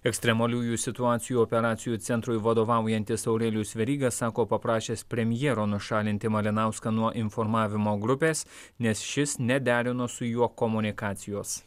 ekstremaliųjų situacijų operacijų centrui vadovaujantis aurelijus veryga sako paprašęs premjero nušalinti malinauską nuo informavimo grupės nes šis nederino su juo komunikacijos